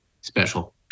special